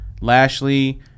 Lashley